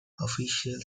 official